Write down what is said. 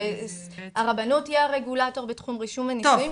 הרבנות היא הרגולטור בתחום רישום הנישואים,